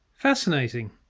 fascinating